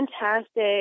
fantastic